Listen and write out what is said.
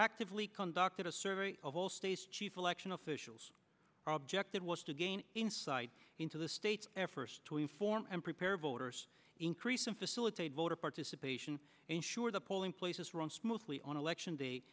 actively conducted a survey of all states chief election officials are objective was to gain insight into the state's efforts to inform and prepare voters increase and facilitate voter participation ensure the polling places run smoothly on election day